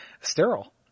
Sterile